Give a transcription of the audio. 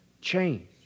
change